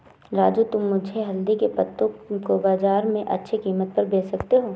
राजू तुम मुझे हल्दी के पत्तों को बाजार में अच्छे कीमत पर बेच सकते हो